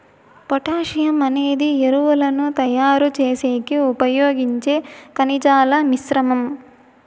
potassium అనేది ఎరువులను తయారు చేసేకి ఉపయోగించే ఖనిజాల మిశ్రమం